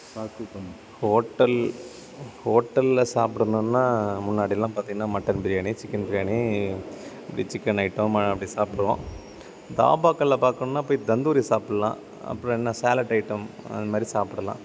சாப்பிட்டோம் ஹோட்டல் ஹோட்டலில் சாப்பிடணுன்னா முன்னாடியெல்லாம் பார்த்தீங்கன்னா மட்டன் பிரியாணி சிக்கன் பிரியாணி இது சிக்கன் ஐட்டம் அப்படி சாப்பிடுவோம் தாபாக்களில் பார்க்கணுன்னா போய் தந்தூரி சாப்பிடலாம் அப்புறம் என்ன சேலட் ஐட்டம் அந்த மாதிரி சாப்பிடலாம்